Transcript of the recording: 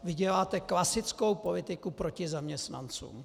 Vy děláte klasickou politiku proti zaměstnancům.